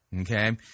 okay